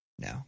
No